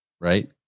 Right